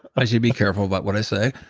i should be careful about what i say.